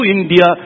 India